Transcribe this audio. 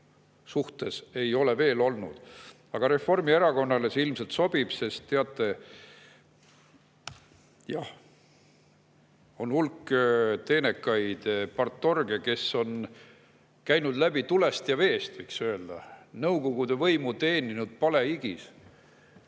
suhtes ei ole veel olnud. Aga Reformierakonnale see ilmselt sobib, sest teate … Jah, on hulk teenekaid partorge, kes on käinud läbi tulest ja veest, võiks öelda, nõukogude võimu teeninud palehigis.